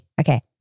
Okay